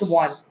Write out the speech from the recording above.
one